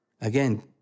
again